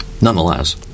Nonetheless